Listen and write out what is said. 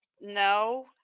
No